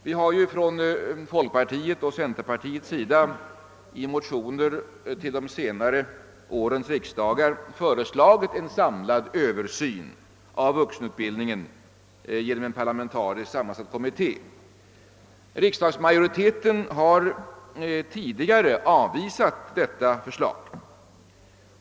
Vi har från folkpartiets och centerpartiets sida i motioner vid de senare årens riksdagar föreslagit en samlad översyn av vuxenutbildningen genom en parlamentariskt sammansatt kommitté. Riksdagsmajoriteten har tidigare avvisat detta förslag.